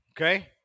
okay